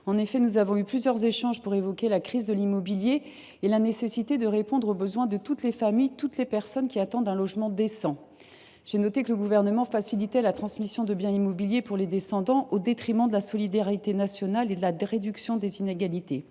au cours de plusieurs échanges, d’évoquer la crise de l’immobilier et la nécessité de répondre aux besoins de toutes les familles et de toutes les personnes qui attendent un logement décent. J’ai noté que le Gouvernement facilitait la transmission de biens immobiliers aux descendants, au détriment de la solidarité nationale et de la réduction des inégalités.